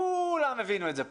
כולם הבינו את זה.